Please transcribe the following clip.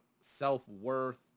self-worth